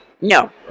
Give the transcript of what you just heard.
No